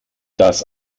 das